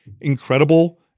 incredible